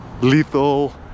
lethal